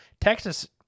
Texas